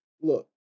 Look